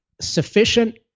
sufficient